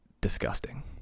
disgusting